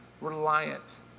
reliant